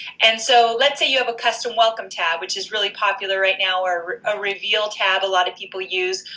and so, let say you have a custom welcome tab which is really popular right now or ah reveal tab a lot of people used.